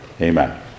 Amen